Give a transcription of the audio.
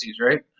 right